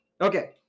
Okay